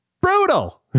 brutal